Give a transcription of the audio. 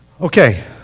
Okay